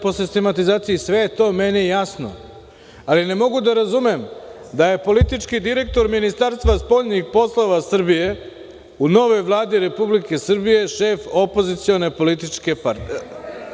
Po sistematizaciji, sve je to meni jasno, ali ne mogu da razumem da je politički direktor Ministarstva spoljnih poslova Srbije u novoj Vladi Republike Srbije, šef opozicione političke partije.